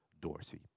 Dorsey